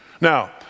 Now